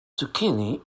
zucchini